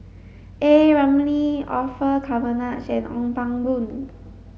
A Ramli Orfeur Cavenagh and Ong Pang Boon